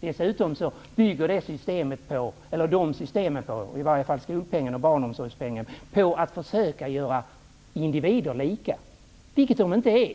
Dessutom bygger dessa system på -- i varje fall skolpengen och barnomsorgspengen -- att försöka göra individer lika, vilket de inte är.